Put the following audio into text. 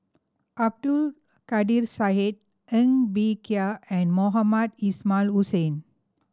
Abdul Kadir Syed Ng Bee Kia and Mohamed Ismail Hussain